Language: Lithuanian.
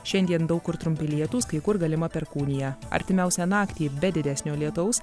šiandien daug kur trumpi lietūs kai kur galima perkūnija artimiausią naktį be didesnio lietaus